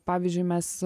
pavyzdžiui mes